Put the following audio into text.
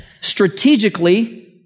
strategically